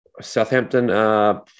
Southampton